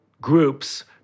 groups